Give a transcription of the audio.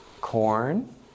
corn